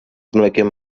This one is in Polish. mlekiem